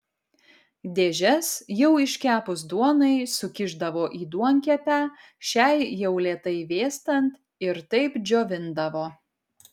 dėžes jau iškepus duonai sukišdavo į duonkepę šiai jau lėtai vėstant ir taip džiovindavo